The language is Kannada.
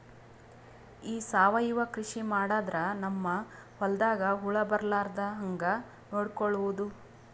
ಈ ಸಾವಯವ ಕೃಷಿ ಮಾಡದ್ರ ನಮ್ ಹೊಲ್ದಾಗ ಹುಳ ಬರಲಾರದ ಹಂಗ್ ನೋಡಿಕೊಳ್ಳುವುದ?